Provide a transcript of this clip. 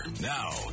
Now